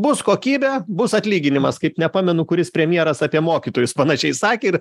bus kokybė bus atlyginimas kaip nepamenu kuris premjeras apie mokytojus panašiai sakė ir